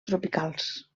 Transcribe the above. tropicals